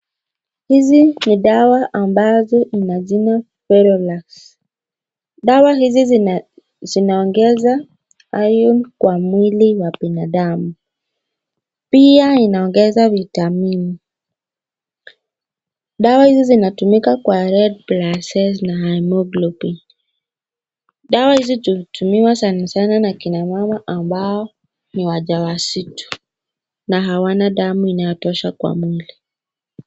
Hizi ni dawa ambazo ina jina Ferolax. Dawa hizi zinaongeza iorn kwa mwili wa binadamu. Pia inaongeza vitamini. Dawa hizi zinatumika kwa red blood cells na haemoglobin . Dawa hizi hutumiwa sana sana na kina mama ambao ni wajawazito na hawana damu inayotosha kwa mwili.